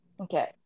Okay